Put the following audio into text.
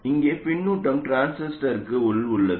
இங்கே பின்னூட்டம் டிரான்சிஸ்டருக்கு உள் உள்ளது